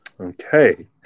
Okay